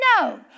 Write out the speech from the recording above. no